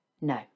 no